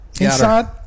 Inside